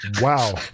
wow